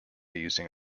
using